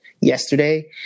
yesterday